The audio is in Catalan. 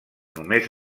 només